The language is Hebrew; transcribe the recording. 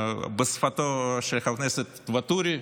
בשפתו של חבר הכנסת ואטורי,